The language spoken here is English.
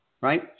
right